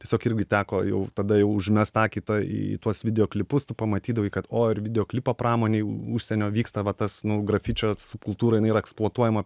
tiesiog irgi teko jau tada jau užmest akį tą į tuos video klipus tu pamatydavai kad o ir videoklipo pramonėj užsienio vyksta va tas nu grafičio su kultūra jinai yra eksploatuojama